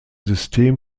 system